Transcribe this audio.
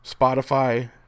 Spotify